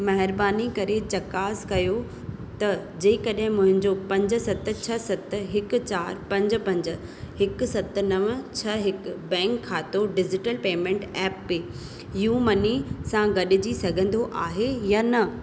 महिरबानी करे चकास कयो त जंहिं कॾहिं मुंहिंजो पंज सत छह सत हिकु चारि पंज पंज हिक सत नव छह हिकु बैंक खातो digital payment app PayUMoney सां ॻंढिजी सघंदो आहे या न